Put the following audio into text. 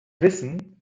wissen